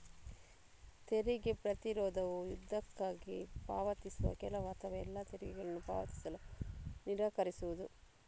ತೆರಿಗೆ ಪ್ರತಿರೋಧವು ಯುದ್ಧಕ್ಕಾಗಿ ಪಾವತಿಸುವ ಕೆಲವು ಅಥವಾ ಎಲ್ಲಾ ತೆರಿಗೆಗಳನ್ನು ಪಾವತಿಸಲು ನಿರಾಕರಿಸುವುದು